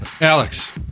Alex